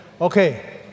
Okay